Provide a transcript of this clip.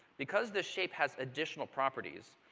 because this shape has additional properties.